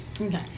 Okay